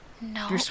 No